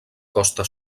costa